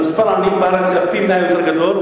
מספר העניים בארץ היה גדול פי-מאה,